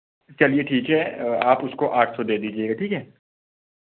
चलिये ठीक है आप उसको आठ सौ दे दीजिएगा ठीक है